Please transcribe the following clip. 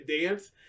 dance